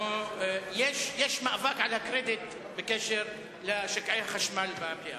יש מאבק על הקרדיט בקשר לשקעי החשמל במליאה.